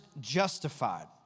justified